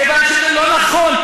כיוון שזה לא נכון,